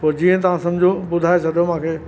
पो जीअं तव्हां सम्झो ॿुधाए छॾो मूंखे